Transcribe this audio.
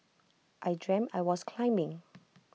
I dreamt I was climbing